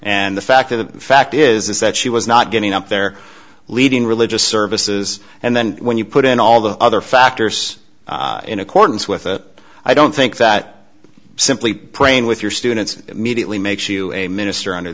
and the fact that the fact is that she was not getting up there leading religious services and then when you put in all the other factors in accordance with it i don't think that simply praying with your students immediately makes you a minister under